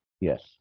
Yes